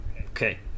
Okay